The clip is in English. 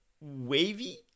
wavy